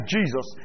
Jesus